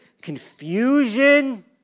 confusion